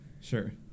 sure